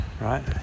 right